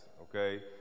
okay